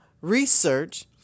research